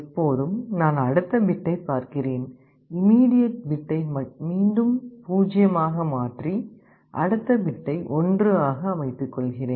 எப்போதும் நான் அடுத்த பிட்டைப் பார்க்கிறேன் இம்மீடியட் பிட்டை மீண்டும் 0 ஆக மாற்றி அடுத்த பிட்டை 1 ஆக அமைத்துக்கொள்கிறேன்